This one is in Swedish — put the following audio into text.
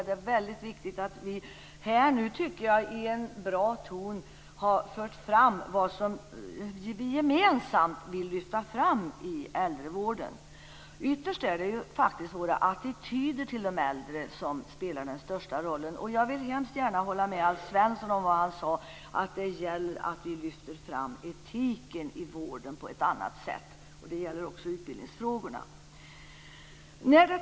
Det är väldigt viktigt att vi här nu i en bra ton har tagit upp det som vi gemensamt vill lyfta fram i äldrevården. Ytterst är det ju våra attityder till de äldre som spelar den största rollen. Jag vill hemskt gärna hålla med Alf Svensson när han sade att det gäller att vi lyfter fram etiken i vården på ett annat sätt, och det gäller också utbildningsfrågorna.